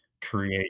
create